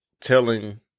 telling